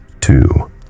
two